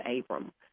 Abram